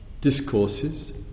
discourses